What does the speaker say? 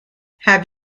have